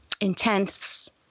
intense